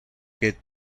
que